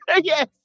yes